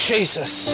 Jesus